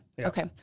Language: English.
Okay